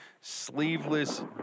sleeveless